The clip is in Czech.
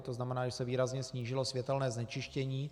To znamená, že se výrazně snížilo světelné znečištění.